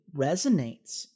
resonates